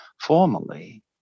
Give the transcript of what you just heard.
formally